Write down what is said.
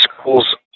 schools